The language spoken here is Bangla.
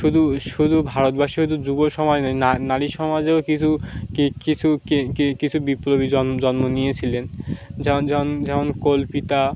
শুধু শুধু ভারতবর্ষে শুধু যুব সমাজ নয় নারী সমাজেও কিছু কিছু কিছু বিপ্লবী জন্ম জন্ম নিয়েছিলেন যেমন যেমন যেমন কল্পিতা